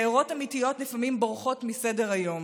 בעירות אמיתיות לפעמים בורחות מסדר-היום,